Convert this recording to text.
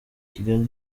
kigali